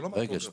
זה לא משהו אחר.